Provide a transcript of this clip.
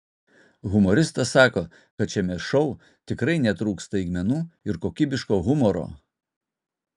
humoristas sako kad šiame šou tikrai netrūks staigmenų ir kokybiško humoro